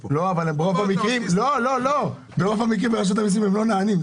ברוב המקרים ברשות המיסים הם לא נענים,